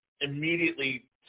immediately